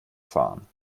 fahren